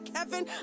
Kevin